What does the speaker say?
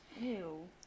Ew